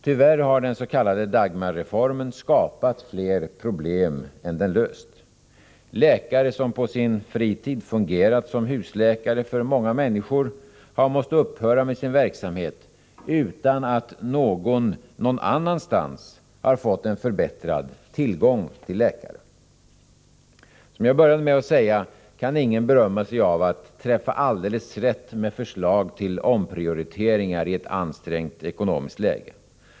Tyvärr har den s.k. Dagmarreformen skapat fler problem än den löst. Läkare som på sin fritid fungerat som husläkare för många människor har måst upphöra med sin verksamhet utan att någon någon annanstans har fått en förbättrad tillgång till läkare. Som jag började med att säga kan ingen berömma sig av att träffa alldeles rätt med förslag till omprioriteringar i ett ansträngt ekonomiskt läge.